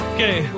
Okay